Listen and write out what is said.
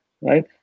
right